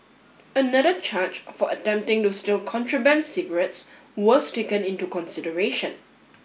another charge for attempting to steal contraband cigarettes was taken into consideration